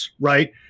right